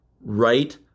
right